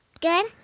Good